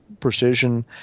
precision